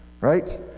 Right